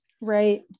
Right